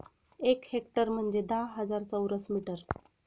एक हेक्टर म्हणजे दहा हजार चौरस मीटर